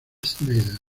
snyder